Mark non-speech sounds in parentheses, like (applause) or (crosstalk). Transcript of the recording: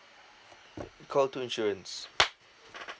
call two insurance (noise)